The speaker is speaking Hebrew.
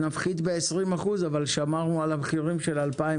אם נפחית ב-20% אבל שמרנו על המחירים של 2020,